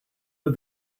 but